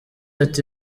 ati